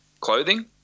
clothing